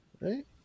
right